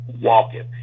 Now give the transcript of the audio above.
walking